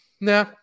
nah